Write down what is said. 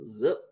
zip